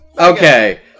Okay